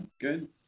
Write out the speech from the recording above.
Good